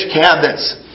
cabinets